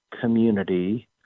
community